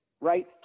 Right